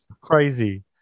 crazy